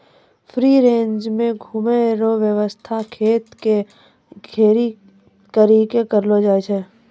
free range मे घुमै रो वेवस्था खेत के घेरी करी के करलो जाय छै